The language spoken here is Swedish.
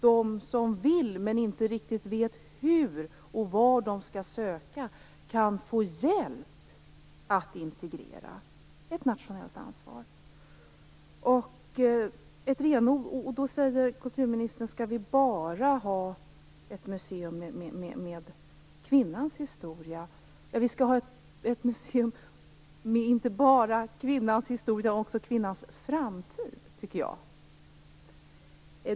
De som vill göra något, men som inte riktigt vet hur och var de skall söka, skall kunna få hjälp med integreringen. Det är ett nationellt ansvar. Kulturministern undrar om vi skall ha ett museum bara med kvinnans historia. Jag tycker att vi skall ha ett museum som inte bara visar kvinnans historia utan som också visar kvinnans framtid.